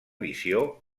visió